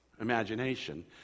imagination